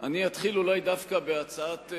אני אתחיל אולי דווקא בהצעת,